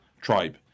Tribe